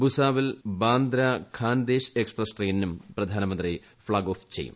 Bhusawal Bandra Khandesh express ട്രെയിനും പ്രധാനമന്ത്രി flag off ചെയ്യും